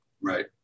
right